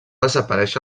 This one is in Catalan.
desaparèixer